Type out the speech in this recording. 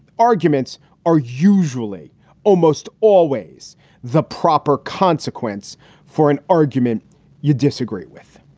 arguments are usually almost always the proper consequence for an argument you disagree with.